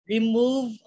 remove